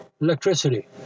electricity